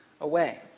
away